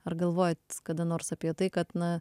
ar galvojot kada nors apie tai kad na